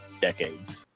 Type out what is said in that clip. decades